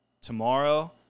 tomorrow